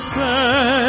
say